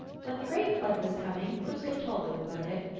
when the great flood was coming glooskap told them about it.